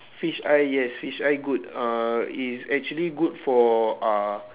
fish eye yes fish eye good uh it is actually good for uh